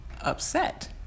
upset